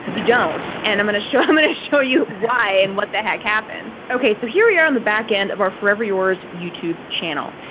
and don't and i'm going to show i'm going to show you why and what the heck happened. okay, so here we are on the back end of our forever yours youtube channel.